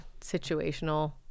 situational